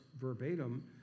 verbatim